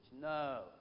No